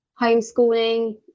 homeschooling